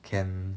can